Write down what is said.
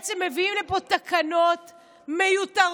בעצם מביאים לפה תקנות מיותרות,